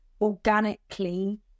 organically